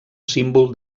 símbol